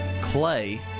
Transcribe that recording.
clay